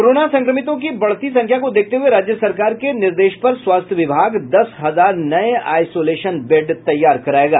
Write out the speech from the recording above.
corona संक्रमितों की बढ़ती संख्या को देखते हुए राज्य सरकार के निर्देश पर स्वास्थ्य विभाग दस हजार नये आईसोलेशन बेड तैयार करायेगा